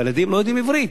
הילדים לא יודעים עברית,